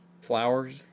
flowers